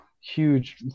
huge